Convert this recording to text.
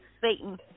Satan